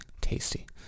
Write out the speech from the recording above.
Tasty